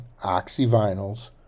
OxyVinyls